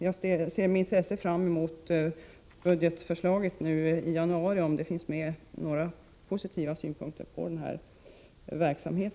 Jag skall med intresse läsa budgetförslaget i januari för att se om där finns några positiva synpunkter på denna verksamhet.